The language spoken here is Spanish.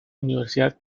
universidad